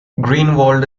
greenwald